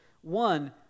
One